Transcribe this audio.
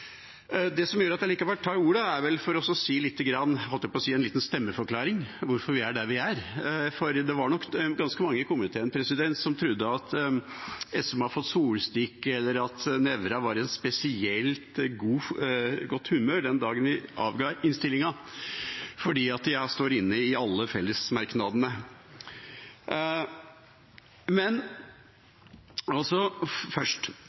Det som gjør at jeg likevel tar ordet, er for å si lite grann – eller gi en liten stemmeforklaring for hvorfor vi er der vi er. Det var nok ganske mange i komiteen som trodde at SV hadde fått solstikk, eller at Nævra var i spesielt godt humør den dagen vi avga innstillinga, fordi vi står inne i alle fellesmerknadene. Først: